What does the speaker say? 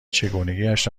چگونگیاش